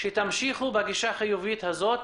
שתמשיכו בגישה החיובית הזו.